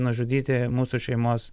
nužudyti mūsų šeimos